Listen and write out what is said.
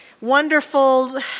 wonderful